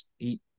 eight